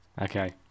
Okay